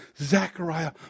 Zechariah